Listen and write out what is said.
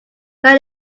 man